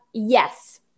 Yes